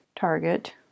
target